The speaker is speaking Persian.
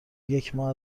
یکماه